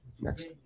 next